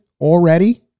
already